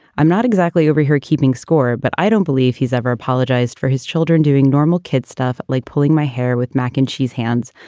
i'm not exactly over here keeping score, but i don't believe he's ever apologized for his children doing normal kid stuff like pulling my hair with mac and cheese hands.